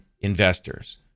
investors